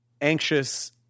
anxious